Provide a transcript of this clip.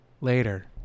later